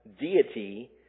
deity